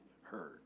heard